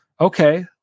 Okay